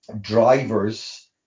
drivers